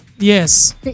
yes